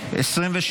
לוועדה